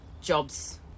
jobs